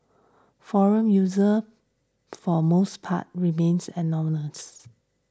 forum user for most part remains anonymous